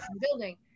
building